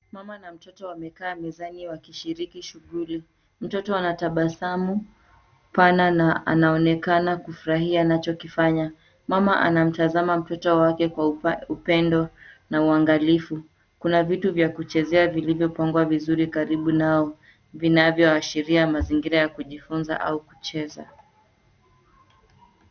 Mama na mtoto wamekaa mezani walishiriki shughuli. Mtoto ana tabasamu pana na anaonekana kufurahia anachokifanya. Mama anamtazama mtoto wake kwa upendo na uangalifu. Kuna vitu vya kuchezea vilivyopangwa vizuri karibu nao, vinavyoashiria mazingira ya kujifunza au kucheza.